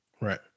Right